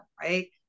right